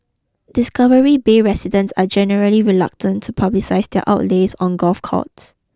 discovery bay residents are generally reluctant to publicise their outlays on golf carts